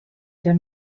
der